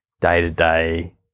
day-to-day